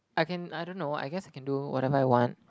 I can I don't know I guess I can do whatever I want